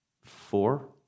Four